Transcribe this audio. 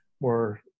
more